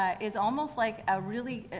ah is almost like a really, ah,